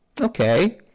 Okay